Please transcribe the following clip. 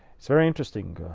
it's very interesting.